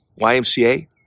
YMCA